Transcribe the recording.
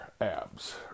abs